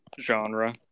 genre